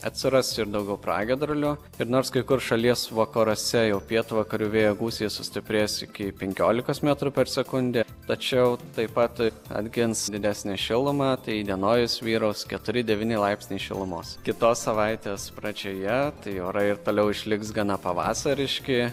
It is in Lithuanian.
atsiras ir daugiau pragiedrulių ir nors kai kur šalies vakaruose jau pietvakarių vėjo gūsiai sustiprės iki penkiolikos metrų per sekundę tačiau taip pat atgins didesnę šilumą tai įdienojus vyraus keturi devyni laipsniai šilumos kitos savaitės pradžioje tai orai ir toliau išliks gana pavasariški